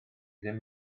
ddim